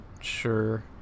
sure